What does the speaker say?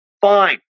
Fine